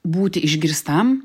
būti išgirstam